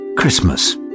Christmas